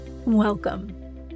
Welcome